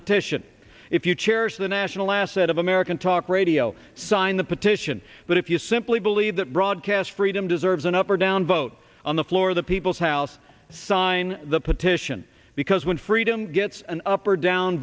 petition if you cherish the national asset of american talk radio sign the petition but if you simply believe that broadcast freedom deserves an up or down vote on the floor of the people's house sign the petition because when freedom gets an up or down